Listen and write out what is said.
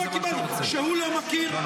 אתה מקבל תשובה ובזה נגמר.